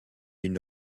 une